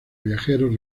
viajeros